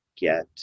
get